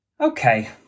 Okay